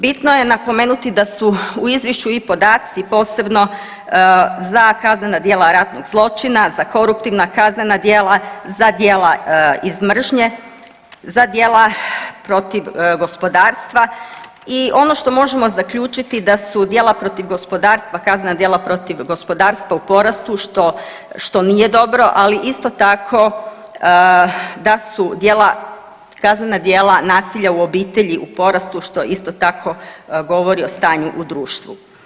Bitno je napomenuti da su u Izvješću i podaci posebno za kaznena djela ratnog zločina, za koruptivna kaznena djela, za djela iz mržnje, za djela protiv gospodarstva i ono što možemo zaključiti da su djela protiv gospodarstva, kaznena djela protiv gospodarstva u porastu, što nije dobro, ali isto tako, da su djela, kaznena djela nasilja u obitelji u porastu, što isto tako govori o stanju u društvu.